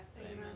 Amen